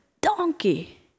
donkey